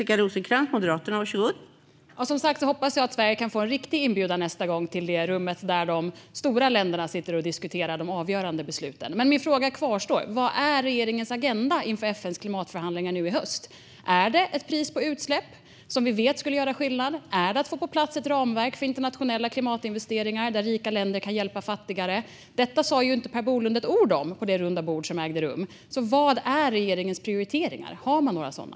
Fru talman! Som sagt hoppas jag att Sverige kan få en riktig inbjudan nästa gång till det rum där de stora länderna sitter och diskuterar de avgörande besluten. Min fråga kvarstår: Vad är regeringens agenda inför FN:s klimatförhandlingar nu i höst? Är det ett pris på utsläpp, som vi vet skulle göra skillnad? Är det att få på plats ett ramverk för internationella klimatinvesteringar där rika länder kan hjälpa fattigare? Detta sa inte Per Bolund ett ord om på det rundabordssamtal som ägde rum. Vad är regeringens prioriteringar? Har man några sådana?